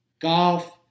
golf